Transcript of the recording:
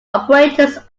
operators